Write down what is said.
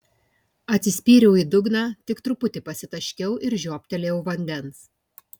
atsispyriau į dugną tik truputį pasitaškiau ir žiobtelėjau vandens